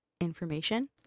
information